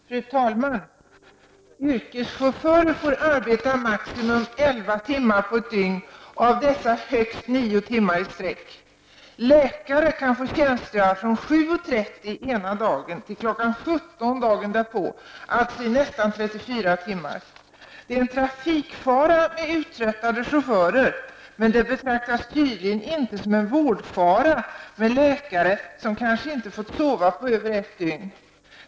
Fru talman! Yrkeschaufförer får arbeta maximum elva timmar på ett dygn och av dessa högst nio timmar i sträck. Läkare kan få tjänstgöra från kl. 7.30 ena dagen till kl. 17.00 dagen därpå, alltså i nästan 34 timmar. Det är en trafikfara med uttröttade chaufförer, men det betraktas tydligen inte som en vårdfara med läkare som kanske inte fått sova på över ett dygn.